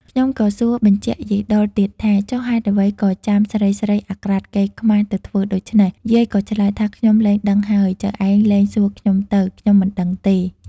ខ្ញុំក៏សួរបញ្ជាក់យាយដុលទៀតថា ចុះហេតុអ្វី ក៏ចាំស្រីៗអាក្រាតកេរ្តិ៍ខ្មាសទៅធ្វើដូច្នេះ យាយក៏ឆ្លើយថាខ្ញុំលែងដឹងហើយ ចៅឯងលែងសួរខ្ញុំទៅ ខ្ញុំមិនដឹងទេ។